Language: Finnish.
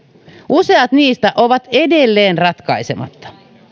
useat niistä ovat edelleen ratkaisematta